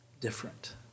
different